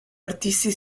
artisti